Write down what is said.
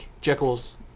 Jekyll's